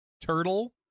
Turtle